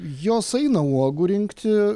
jos eina uogų rinkti